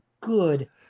good